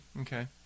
Okay